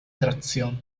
tracción